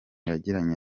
yagiranye